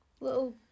Little